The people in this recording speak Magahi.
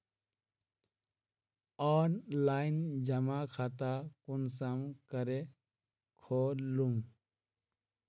ऑनलाइन जमा खाता कुंसम करे खोलूम?